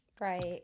Right